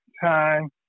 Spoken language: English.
time